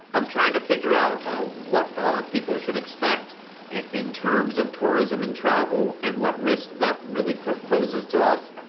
i'm trying to figure out ah what people should expect in terms of tourism and travel and what risks that really poses to us